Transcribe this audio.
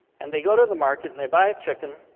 and they go to the market and they buy a chicken